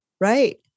Right